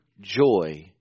joy